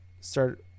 start